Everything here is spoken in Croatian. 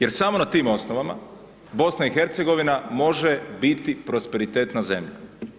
Jer samo na tim osnovama, BIH može biti prosperitetna zemlja.